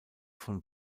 von